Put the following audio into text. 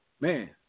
man